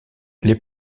les